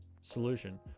solution